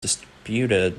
disputed